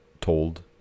told